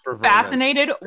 fascinated